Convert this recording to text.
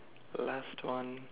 left one